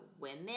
women